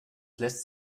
lässt